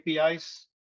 APIs